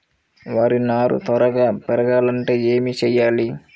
వరి నారు త్వరగా పెరగాలంటే ఏమి చెయ్యాలి?